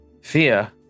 fear